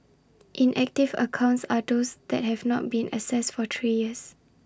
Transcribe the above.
inactive accounts are those that have not been accessed for three years